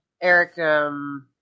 Eric